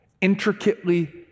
intricately